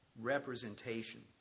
representation